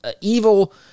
evil